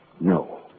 No